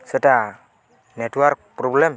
ସେଟା network problem